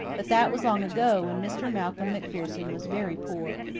but that was long ago, when mr. malcolm macpherson was very poor.